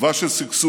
תקווה של שגשוג,